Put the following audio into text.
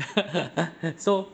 so